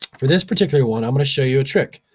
for this particular one i'm gonna show you a trick.